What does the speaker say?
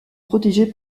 protégés